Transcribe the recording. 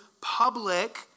public